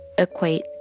equate